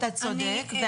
אתה צודק.